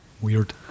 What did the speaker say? weird